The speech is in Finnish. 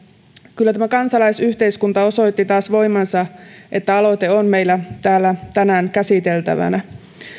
kyllä tämä kansalaisyhteiskunta osoitti taas voimansa kun aloite on meillä täällä tänään käsiteltävänä